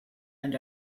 and